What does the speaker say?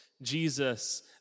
Jesus